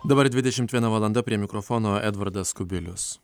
dabar dvidešimt viena valanda prie mikrofono edvardas kubilius